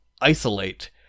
isolate